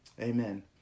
Amen